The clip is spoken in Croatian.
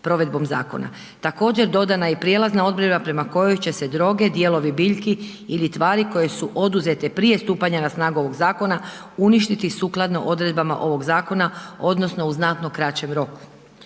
Također dodana je i prijelazna odredba prema kojoj će se droge, dijelovi biljki ili tvari koje su oduzete prije stupanja na snagu ovog zakona uništiti sukladno odredbama ovog zakona odnosno u znatno kraćem roku.